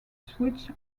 switch